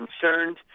concerned